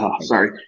sorry